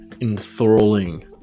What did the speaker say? enthralling